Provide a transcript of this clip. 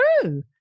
true